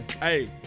Hey